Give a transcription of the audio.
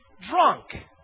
drunk